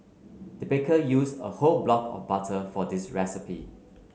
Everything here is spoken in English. the baker used a whole block of butter for this recipe